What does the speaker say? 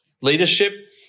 Leadership